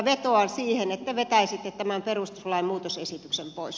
vetoan siihen että vetäisitte tämän perustuslain muutosesityksen pois